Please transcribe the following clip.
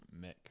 Mick